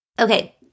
Okay